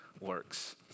works